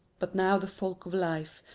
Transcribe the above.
but now the folk of life,